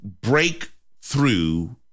breakthrough